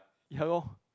ya lor